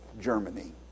Germany